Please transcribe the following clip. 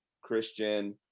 Christian